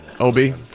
OB